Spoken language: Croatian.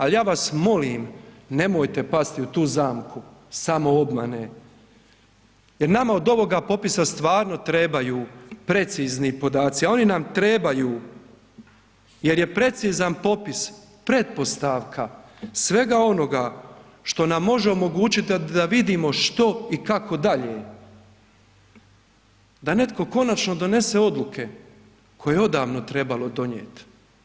Ali ja vas molim, nemojte pasti u tu zamku samoobmane jer nama od ovoga popisa stvarno trebaju precizni podaci, a oni nam trebaju jer je precizan popis pretpostavka svega onoga što nam može omogućiti da vidimo što i kako dalje, da netko konačno donese odluke koje je odavno trebalo donijet.